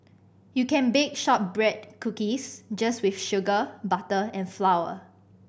you can bake shortbread cookies just with sugar butter and flour